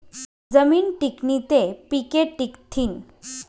जमीन टिकनी ते पिके टिकथीन